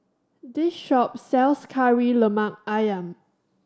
this shop sells Kari Lemak Ayam